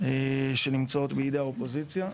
שנמצאות בידי האופוזיציה,